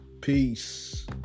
Peace